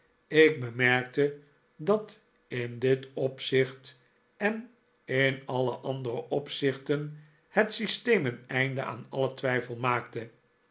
copperfield merkte dat in dit opzicht en in alle andere opzichten het systeem een einde aan alien twijfel maakte